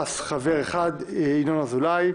ש"ס חבר אחד: ינון אזולאי,